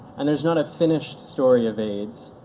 and there's not a finished story of aids.